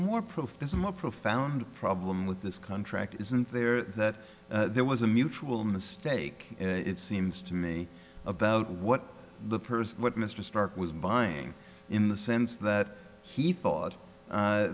more proof there's a more profound problem with this contract isn't there that there was a mutual mistake it seems to me about what the person what mr starke was buying in the sense that he thought